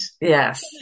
Yes